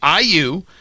IU